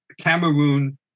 Cameroon